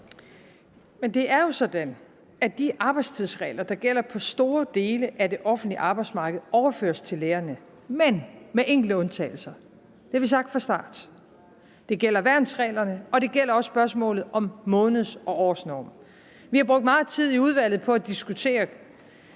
Men det er jo sådan, at de arbejdstidsregler, der gælder for store dele af det offentlige arbejdsmarked, overføres til lærerne, men med enkelte undtagelser. Det har vi sagt fra starten. Det gælder værnsreglerne, og det gælder også spørgsmålet om måneds- og årsnorm. Vi har brugt meget tid i udvalget på at diskutere,